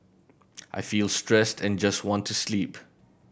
I feel stressed and just want to sleep